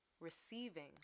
Receiving